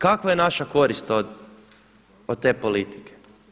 Kakva je naša korist od te politike?